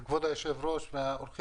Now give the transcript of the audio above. בוקר טוב כבוד היושב ראש והאורחים.